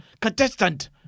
Contestant